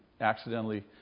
accidentally